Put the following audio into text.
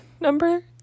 number